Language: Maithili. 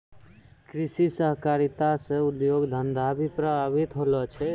कृषि सहकारिता से उद्योग धंधा भी प्रभावित होलो छै